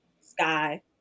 Sky